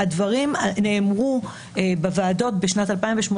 הדברים נאמרו בוועדות, בשנת 2018,